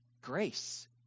Grace